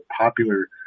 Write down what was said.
popular